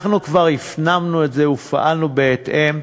אנחנו כבר הפנמנו את זה ופעלנו בהתאם.